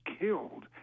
killed